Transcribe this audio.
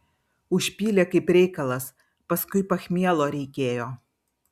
užpylė kaip reikalas paskui pachmielo reikėjo